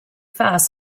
fast